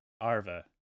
Arva